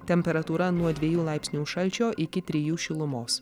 temperatūra nuo dviejų laipsnių šalčio iki trijų šilumos